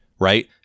right